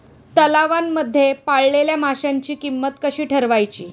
तलावांमध्ये पाळलेल्या माशांची किंमत कशी ठरवायची?